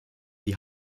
die